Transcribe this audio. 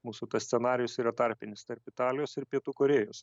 mūsų scenarijus yra tarpinis tarp italijos ir pietų korėjos